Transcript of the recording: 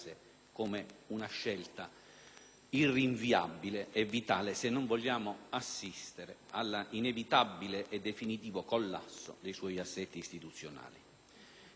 rinviabile e vitale, se non vogliamo assistere all'inevitabile e definitivo collasso dei suoi assetti istituzionali.